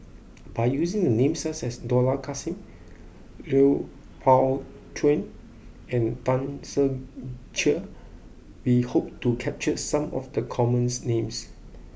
by using the names such as Dollah Kassim Lui Pao Chuen and Tan Ser Cher we hope to capture some of the common names